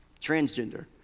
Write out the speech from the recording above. Transgender